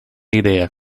idea